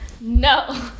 no